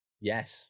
Yes